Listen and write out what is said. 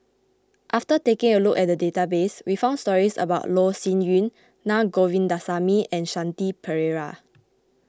after taking a look at the database we found stories about Loh Sin Yun Na Govindasamy and Shanti Pereira